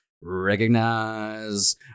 recognize